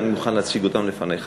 ואני מוכן להציג אותם לפניך,